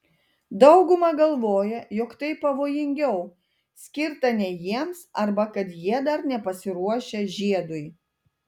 dauguma galvoja jog tai pavojingiau skirta ne jiems arba kad jie dar nepasiruošę žiedui